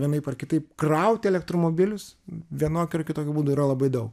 vienaip ar kitaip krauti elektromobilius vienokiu ar kitokiu būdu yra labai daug